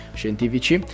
scientifici